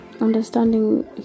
understanding